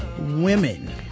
women